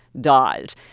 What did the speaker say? dodge